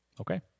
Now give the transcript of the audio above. Okay